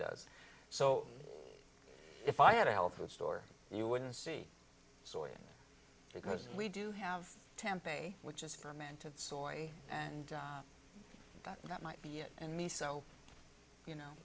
does so if i had a health food store you wouldn't see so it because we do have temp a which is for men to soy and that that might be it and me so you know